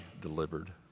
delivered